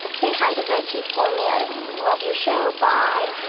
say hi to reggie for me i love your show. bye